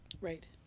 Right